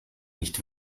nicht